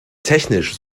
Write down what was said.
technisch